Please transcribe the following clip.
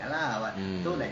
mm